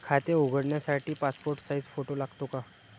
खाते उघडण्यासाठी passport size photo लागतो का?